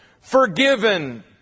forgiven